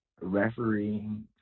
refereeing